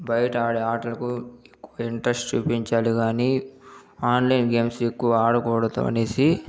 బయట ఆడే ఆటలకు ఎక్కువ ఇంట్రెస్ట్ చూపించాలి గాని ఆన్లైన్ గేమ్సు ఎక్కువ ఆడకూడదు అనేసి